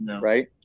right